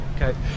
Okay